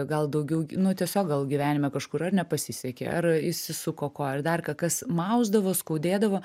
gal daugiau nu tiesiog gal gyvenime kažkur ar nepasisekė ar išsisuko koją ar dar ką kas mausdavo skaudėdavo